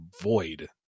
void